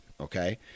Okay